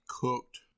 cooked